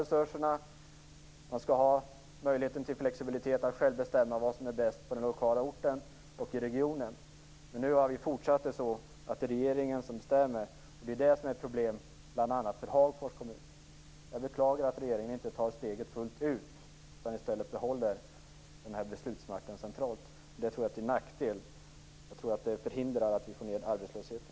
Resurserna, flexibiliteten och möjligheten att själv bestämma vad som är bäst skall finnas på den lokala orten och i regionen. Det är fortsatt så att det är regeringen som bestämmer, och det är det som är problemet bl.a. för Hagfors kommun. Jag beklagar att regeringen inte tar steget fullt ut utan behåller beslutsmakten centralt. Det tror jag är till nackdel. Jag tror att det förhindrar oss att få ned arbetslösheten.